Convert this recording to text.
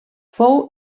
fou